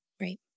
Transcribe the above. Right